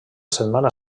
setmana